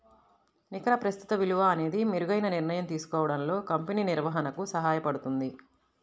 నికర ప్రస్తుత విలువ అనేది మెరుగైన నిర్ణయం తీసుకోవడంలో కంపెనీ నిర్వహణకు సహాయపడుతుంది